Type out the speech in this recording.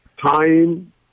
Time